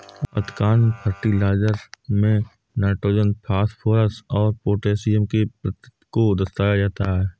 अधिकांश फर्टिलाइजर में nitrogen, phosphorus और पौटेशियम के प्रतिशत को दर्शाया जाता है